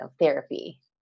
Therapy